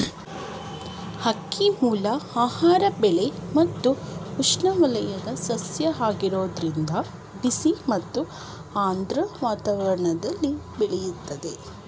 ಅಕ್ಕಿಮೂಲ ಆಹಾರ ಬೆಳೆ ಮತ್ತು ಉಷ್ಣವಲಯದ ಸಸ್ಯ ಆಗಿರೋದ್ರಿಂದ ಬಿಸಿ ಮತ್ತು ಆರ್ದ್ರ ವಾತಾವರಣ್ದಲ್ಲಿ ಬೆಳಿತದೆ